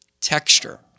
texture